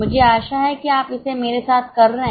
मुझे आशा है कि आप इसे मेरे साथ कर रहे हैं